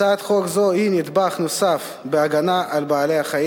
הצעת חוק זו היא נדבך נוסף בהגנה על בעלי-החיים,